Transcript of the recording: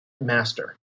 master